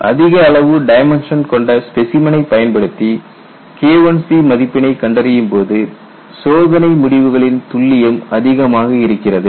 கேள்வி அதிக அளவு டைமென்ஷன் கொண்ட ஸ்பெசிமனை பயன்படுத்தி KIC மதிப்பை கண்டறியும் போது சோதனை முடிவுகளின் துல்லியம் அதிகமாக இருக்கிறது